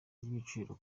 ry’ibiciro